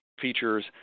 features